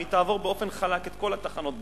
אם היא תעבור באופן חלק את כל התחנות בדרך,